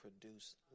produce